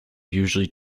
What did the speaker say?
usually